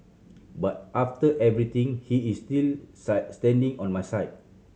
but after everything he is still standing on my side